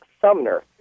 Sumner